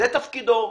זה תפקידו,